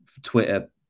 Twitter